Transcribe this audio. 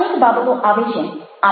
અનેક બાબતો આવે છે